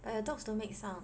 but your dogs don't make sound